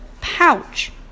Pouch